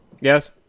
yes